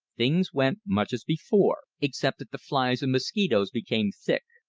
things went much as before, except that the flies and mosquitoes became thick.